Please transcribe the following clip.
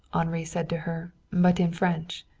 henri said to her, but in french.